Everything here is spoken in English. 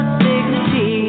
dignity